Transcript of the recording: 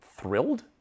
thrilled